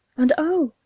and oh!